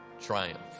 triumph